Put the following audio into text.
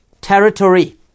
territory